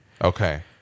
Okay